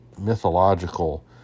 mythological